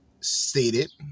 stated